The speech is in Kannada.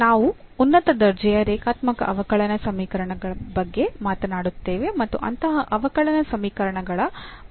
ನಾವು ಉನ್ನತ ದರ್ಜೆಯ ರೇಖಾತ್ಮಕ ಅವಕಲನ ಸಮೀಕರಣಗಳ ಬಗ್ಗೆ ಮಾತನಾಡುತ್ತೇವೆ ಮತ್ತು ಅಂತಹ ಅವಕಲನ ಸಮೀಕರಣಗಳ ಪರಿಹಾರಗಳನ್ನು ನೋಡೋಣ